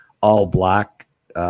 all-black